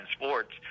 sports